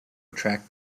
attract